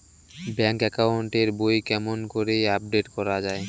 Bank account এর বই কেমন করি আপডেট করা য়ায়?